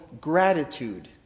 gratitude